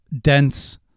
dense